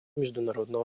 международного